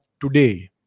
today